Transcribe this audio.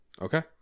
Okay